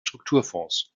strukturfonds